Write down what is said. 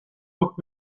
book